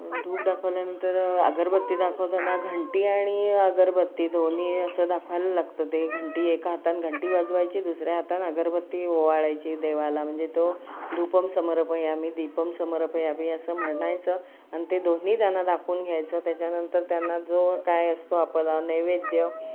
धूप दाखवल्यानंतर अगरबत्ती दाखवताना घंटी आणि अगरबत्ती दोन्ही असं दाखवायला लागतं ते घंटी एका हाताने घंटी वाजवायची दुसऱ्या हाताने अगरबत्ती ओवाळायची देवाला म्हणजे तो धूपं समर्पयामि दीपं समर्पयामि असं म्हणायचं आणि ते दोन्ही त्यांना दाखवून घ्यायचं त्याच्यानंतर त्यांना जो काय असतो आपला नैवेद्य